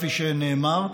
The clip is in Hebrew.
כפי שנאמר.